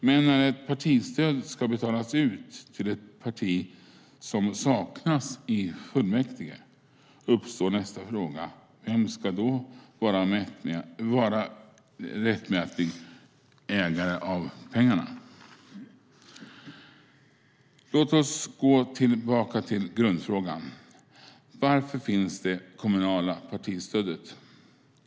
Men när ett partistöd ska betalas ut till ett parti som saknas i fullmäktige uppstår nästa fråga: Vem ska då vara rättmätig ägare av pengarna? Låt oss gå tillbaka till grundfrågan. Varför finns det kommunala partistödet?